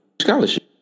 scholarship